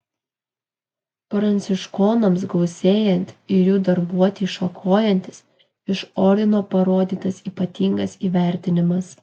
pranciškonams gausėjant ir jų darbuotei šakojantis iš ordino parodytas ypatingas įvertinimas